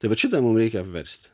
tai vat šitą mum reikia apversti